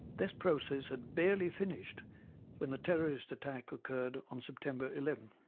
this process had barely finished when the terrorist attack occurred on september eleven.